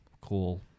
cool